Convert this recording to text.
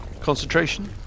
Concentration